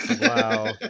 Wow